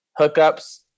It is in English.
hookups